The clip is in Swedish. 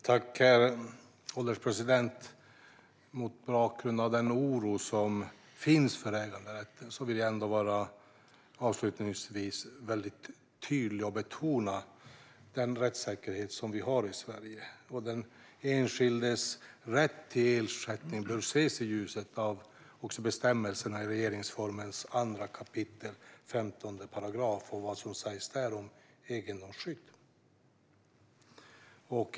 Herr ålderspresident! Mot bakgrund av den oro som finns för äganderätten vill jag avslutningsvis vara väldigt tydlig och betona den rättssäkerhet som vi har i Sverige. Den enskildes rätt till ersättning bör ses i ljuset av bestämmelserna i regeringsformen 2 kap. 15 § och vad som sägs där om egendomsskydd.